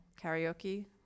karaoke